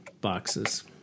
boxes